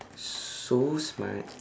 so smart